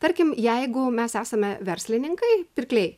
tarkim jeigu mes esame verslininkai pirkliai